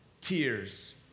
tears